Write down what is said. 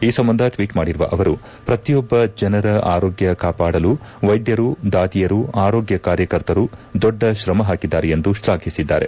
ಈ ಸಂಬಂಧ ಟ್ವೀಟ್ ಮಾಡಿರುವ ಅವರು ಪ್ರತಿಯೊಬ್ಬ ಜನರ ಆರೋಗ್ಕ ಕಾಪಾಡಲು ವೈದ್ಯರು ದಾದಿಯರು ಆರೋಗ್ಯ ಕಾರ್ಯಕರ್ತರು ದೊಡ್ಡ ಶ್ರಮ ಹಾಕಿದ್ದಾರೆ ಎಂದು ಶ್ಲಾಘಿಸಿದ್ದಾರೆ